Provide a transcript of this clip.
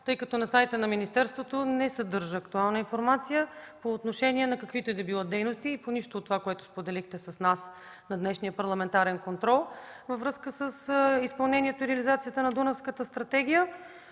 сайта. Сайтът на министерството не съдържа актуална информация по отношение на каквито и да било дейности и по нищо от това, което споделихте с нас на днешния парламентарен контрол във връзка с изпълнението и реализацията на Дунавската стратегия.